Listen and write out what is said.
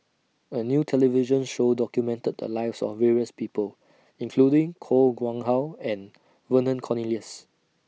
A New television Show documented The Lives of various People including Koh Nguang How and Vernon Cornelius